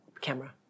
camera